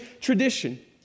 tradition